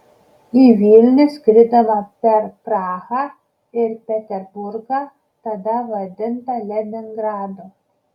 į vilnių skridome per prahą ir peterburgą tada vadintą leningradu